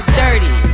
dirty